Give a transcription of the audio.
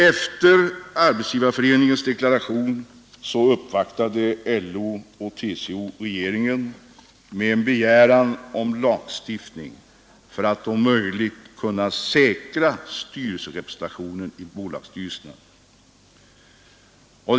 Efter Arbetsgivareföreningens deklaration uppvaktade LO och TCO regeringen med en begäran om lagstiftning för att om möjligt kunna säkra styrelserepresentationen i bolagsstyrelserna.